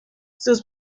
sus